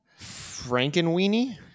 Frankenweenie